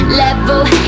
level